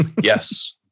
Yes